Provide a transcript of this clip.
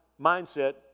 mindset